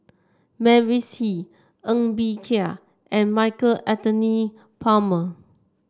Mavis Hee Ng Bee Kia and Michael Anthony Palmer